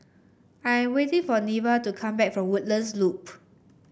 I am waiting for Neva to come back from Woodlands Loop